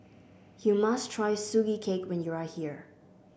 you must try Sugee Cake when you are here